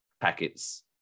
packets